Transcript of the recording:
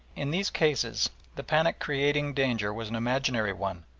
in these cases the panic-creating danger was an imaginary one,